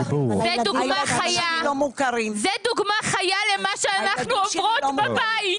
זו דוגמה חיה למה שאנחנו עוברות בבית.